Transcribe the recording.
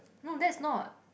no that's not